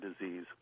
disease